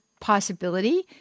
possibility